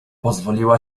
pozwoliła